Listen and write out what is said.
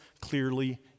clearly